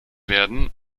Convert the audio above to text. werden